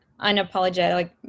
unapologetic